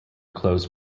closed